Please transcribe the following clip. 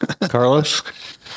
Carlos